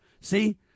See